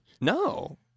no